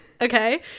okay